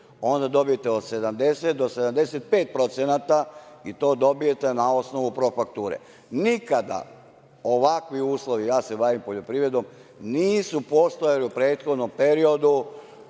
onda dobijete od 70 do 75% i to dobijete na osnovu profakture. Nikada ovakvi uslovi, ja se bavim poljoprivredom, nisu postojali u prethodnom periodu,